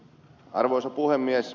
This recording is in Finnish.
arvoisa puhemies